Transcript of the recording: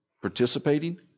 participating